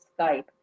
Skype